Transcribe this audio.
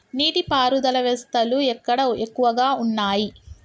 నీటి పారుదల వ్యవస్థలు ఎక్కడ ఎక్కువగా ఉన్నాయి?